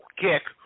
kick